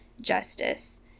justice